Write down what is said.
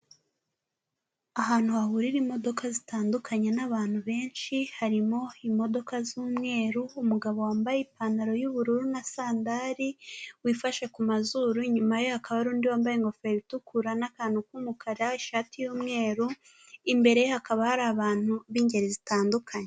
Ahantu hahurira imodoka zitandukanye n'abantu benshi, harimo imodoka z'umweru, umugabo wambaye ipantaro y'ubururu na sandali wifashe ku mazuru, inyuma ye hakaba ari undi wambaye ingofero itukura n'akantu k'umukara, ishati y'umweru, imbere hakaba hari abantu b'ingeri zitandukanye.